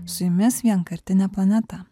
su jumis vienkartinė planeta